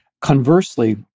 conversely